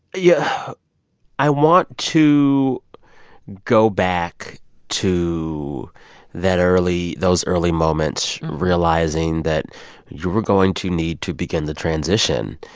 yeah i want to go back to that early those early moments realizing that you were going to need to begin the transition.